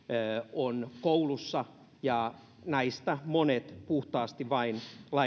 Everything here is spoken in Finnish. on koulussa ja näistä monet puhtaasti vain